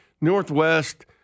Northwest